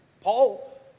Paul